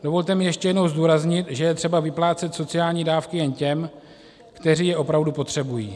Dovolte mi ještě jednou zdůraznit, že je třeba vyplácet sociální dávky jen těm, kteří je opravdu potřebují.